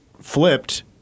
Flipped